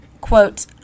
quote